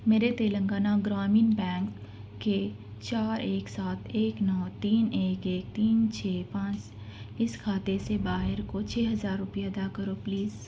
میرے تلنگانہ گرامین بینک کے چار ایک سات ایک نو تین ایک ایک تین چھے پانچ اس کھاتے سے باہر کو چھے پزار روپئے ادا کرو پلیز